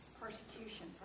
persecution